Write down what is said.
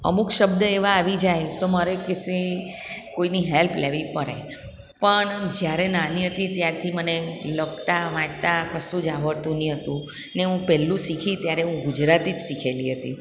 અમુક શબ્દ એવા આવી જાય તો મારે કશે કોઈની હેલ્પ લેવી પડે પણ જ્યારે નાની હતી ત્યારથી મને લખતાં વાંચતાં કશું જ આવડતું નહીં હતું ને હું પહેલું શીખી ત્યારે હું ગુજરાતી જ શીખેલી હતી